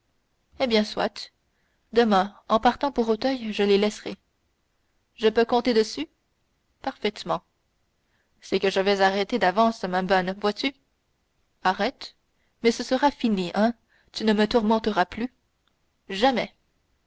eh bien soit demain en partant pour auteuil je les laisserai je peux compter dessus parfaitement c'est que je vais arrêter d'avance ma bonne vois-tu arrête mais ce sera fini hein tu ne me tourmenteras plus jamais